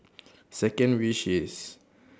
second wish is